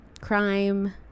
crime